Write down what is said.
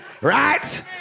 Right